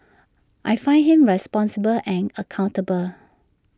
I find him responsible and accountable